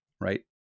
right